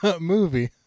movie